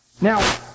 Now